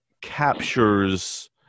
captures